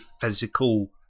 physical